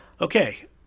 okay